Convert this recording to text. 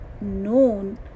known